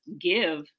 give